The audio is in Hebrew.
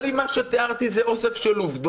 אבל אם מה שתיארתי זה אוסף של עובדות